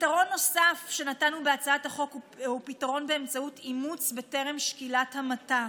פתרון נוסף שנתנו בהצעת החוק הוא פתרון באמצעות אימוץ בטרם שקילת המתה.